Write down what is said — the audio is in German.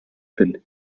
bin